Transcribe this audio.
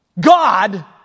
God